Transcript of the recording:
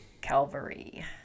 Calvary